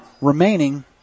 remaining